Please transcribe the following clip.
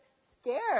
scared